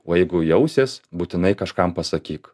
o jeigu jausies būtinai kažkam pasakyk